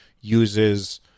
uses